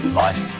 life